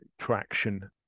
traction